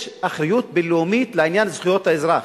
יש אחריות בין-לאומית לעניין זכויות האזרח.